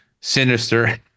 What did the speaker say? sinister